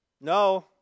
No